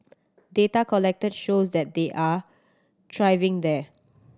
data collected shows that they are thriving there